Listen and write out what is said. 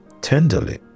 tenderly